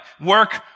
Work